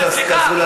אתה תשתוק.